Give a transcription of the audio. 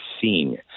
seen